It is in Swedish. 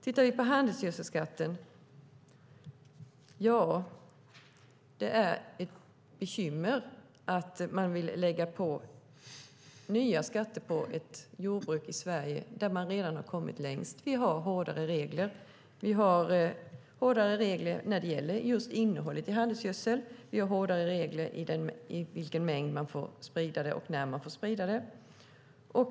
När det gäller handelsgödselskatten är det ett bekymmer att man vill lägga på nya skatter på jordbruket i Sverige där vi redan har kommit längst. Vi har hårdare regler när det gäller innehållet i handelsgödsel. Vi har hårdare regler för vilken mängd som får spridas och när det får spridas.